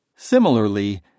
Similarly